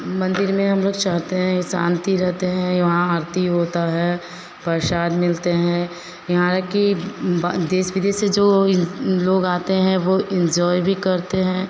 मंदिर में हम लोग चाहते हैं शांति रहते हैं वहाँ आरती होती है प्रसाद मिलते हैं यहाँ की ब बा देश विदेश जो इ लोग आते हैं वे इन्जॉय भी करते हैं